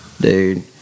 dude